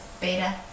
Beta